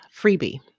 freebie